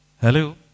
Hello